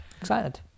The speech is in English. Excited